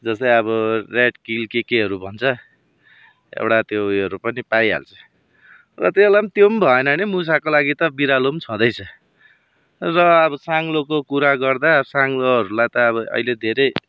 जस्तै अब rat kill के केहरू भन्छ एउटा त्यो उयोहरू पनि पाइहाल्छ र त्यसलाई पनि त्यो पनि भएन भने मुसाको लागि त बिरालो पनि छँदैछ र अब साङ्लोको कुरा गर्दा साङ्लोहरूलाई त अब अहिले धेरै